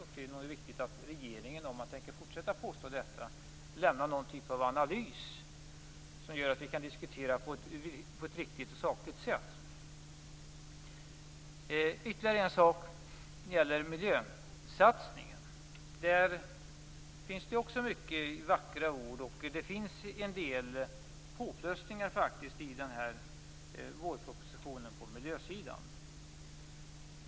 Om regeringen tänker fortsätta att påstå detta är det viktigt att man lämnar någon typ av analys som gör att vi kan diskutera det på ett riktigt och sakligt sätt. Jag vill ta upp ytterligare en sak som gäller miljösatsningen. Där finns det också många vackra ord. Det finns en del utökningar på miljösidan i den här vårpropositionen.